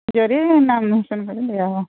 ଜରି ଲାମିନେସନ କରିକି ଦିଆହେବ